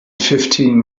fifteen